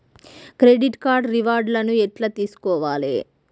Credit card reward లను ఎట్ల తెలుసుకోవాలే?